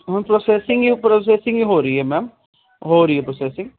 ਹੁਣ ਪ੍ਰੋਸੈਸਿੰਗ ਹੀ ਪ੍ਰੋਸੈਸਿੰਗ ਹੀ ਹੋ ਰਹੀ ਹੈ ਮੈਮ ਹੋ ਰਹੀ ਹੈ ਪ੍ਰੋਸੈਸਿੰਗ